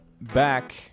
back